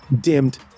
dimmed